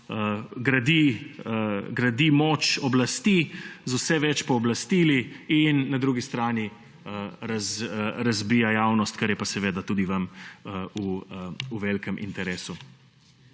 gradi moč oblasti z vse več pooblastili in na drugi strani razbija javnost, kar je pa seveda tudi vam v velikem interesu.